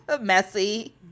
messy